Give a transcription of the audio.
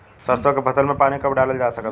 सरसों के फसल में पानी कब डालल जा सकत बा?